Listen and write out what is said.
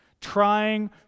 trying